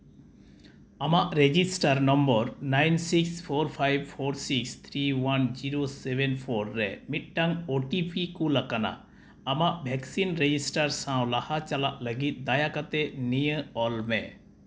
ᱟᱢᱟᱜ register number nine six four five four six three one zero seven four ᱨᱮ ᱢᱤᱫᱴᱟᱝ O T P ᱠᱳᱞ ᱟᱠᱟᱱᱟ ᱟᱢᱟᱜ ᱵᱷᱮᱠᱥᱤᱱ ᱨᱮᱡᱤᱥᱴᱟᱨ ᱥᱟᱶ ᱞᱟᱦᱟ ᱪᱟᱞᱟᱜ ᱞᱟᱹᱜᱤᱫ ᱫᱟᱭᱟ ᱠᱟᱛᱮᱫ ᱱᱤᱭᱟᱹ ᱚᱞᱢᱮ